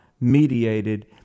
mediated